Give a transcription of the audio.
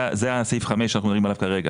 זה סעיף (5) שאנחנו מדברים עליו כרגע.